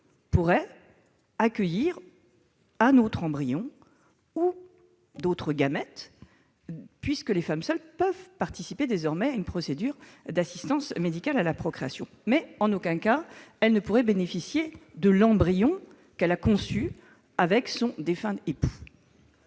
désormais accueillir un autre embryon ou d'autres gamètes, dès lors que les femmes seules peuvent bénéficier d'une procédure d'assistance médicale à la procréation. Mais en aucun cas elle ne pourrait avoir recours à l'embryon qu'elle a conçu avec son défunt époux.